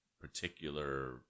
particular